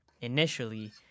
initially